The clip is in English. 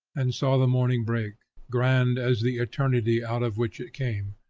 and saw the morning break, grand as the eternity out of which it came,